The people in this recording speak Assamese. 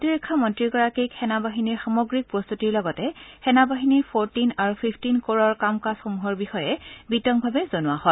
প্ৰতিৰক্ষা মন্ত্ৰীগৰাকীক সেনা বাহিনীৰ সামগ্ৰিক প্ৰস্তুতিৰ লগতে সেনা বাহিনীৰ ফৰটিন আৰু ফিফটিন কৰৰ কাম কাজসমূহৰ বিষয়ে বিতংভাৱে জনোৱা হয়